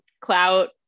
clout